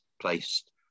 placed